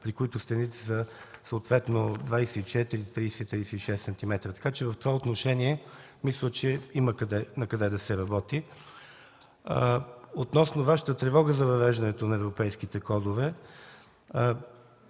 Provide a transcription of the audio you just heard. при които стените са съответно 24 см, 30-36 см, така че в това отношение мисля, че имаме накъде да се работи. Относно Вашата тревога за въвеждането на европейските кодове